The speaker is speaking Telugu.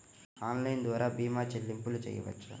ఆన్లైన్ ద్వార భీమా చెల్లింపులు చేయవచ్చా?